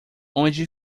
onde